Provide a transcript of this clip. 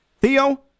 Theo